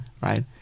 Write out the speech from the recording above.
right